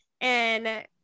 and-